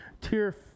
tier